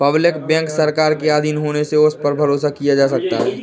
public bank सरकार के आधीन होने से उस पर भरोसा किया जा सकता है